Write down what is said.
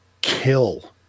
kill